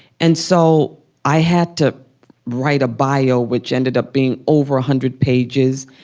and so i had to write a bio which ended up being over a hundred pages.